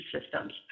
systems